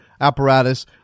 apparatus